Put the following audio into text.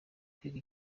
kwiga